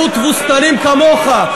איזה מזל שמחוללי הציונות לא היו תבוסתנים כמוך,